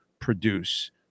produce